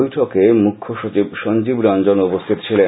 বৈঠকে মুখ্যসচিব সঞ্জীব রঞ্জনও উপস্হিত ছিলেন